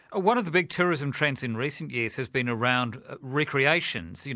one of the big tourism trends in recent years has been around recreations, you